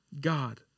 God